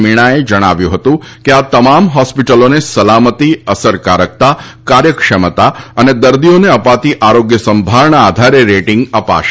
મીણાએ જણાવ્યું હતું કે આ તમામ હોસ્પિટલોને સલામતી અસરકારકતા કાર્યક્ષમતા અને દર્દીઓને અપાતી આરોગ્ય સંભાળના આધારે રેટીંગ અપાશે